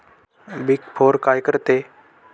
Big four काय करते?